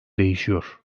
değişiyor